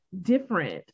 different